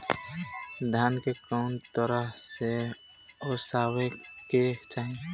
धान के कउन तरह से ओसावे के चाही?